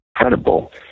incredible